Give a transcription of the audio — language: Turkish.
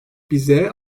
bize